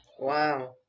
wow